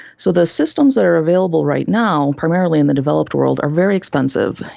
so the systems that are available right now, primarily in the developed world, are very expensive,